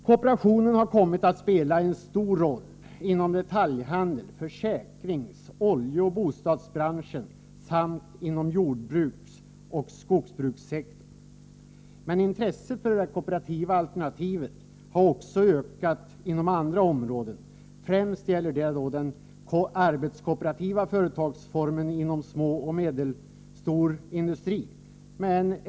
Kooperationen har kommit att spela en stor roll inom detaljhandeln, försäkrings-, oljeoch bostadsbranschen samt inom jordbruksoch skogsbrukssektorn. Men intresset för det kooperativa alternativet har också ökat på andra områden. Främst gäller detta den arbetskooperativa företagsformen inom mindre och medelstor industri.